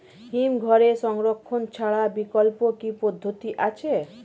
হিমঘরে সংরক্ষণ ছাড়া বিকল্প কি পদ্ধতি আছে?